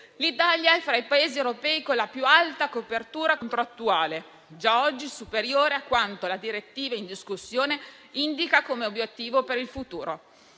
L'Italia è fra i Paesi europei con la più alta copertura contrattuale, già oggi superiore a quanto la direttiva in discussione indica come obiettivo per il futuro.